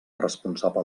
responsable